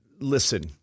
listen